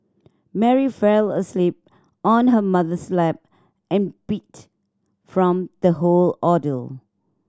Mary fell asleep on her mother's lap and beat from the whole ordeal